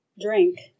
drink